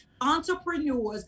entrepreneurs